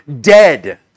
dead